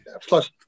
Plus